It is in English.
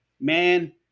Man